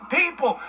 people